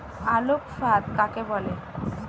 আলোক ফাঁদ কাকে বলে?